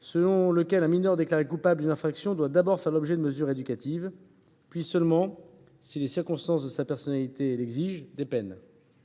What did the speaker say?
selon lequel un mineur déclaré coupable d’une infraction doit d’abord faire l’objet de mesures éducatives, puis, seulement si les circonstances et sa personnalité l’exigent, de peines.